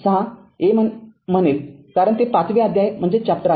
a म्हणेल कारण ते पाचवे अध्याय आहे